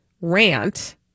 rant